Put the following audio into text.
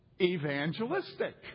Evangelistic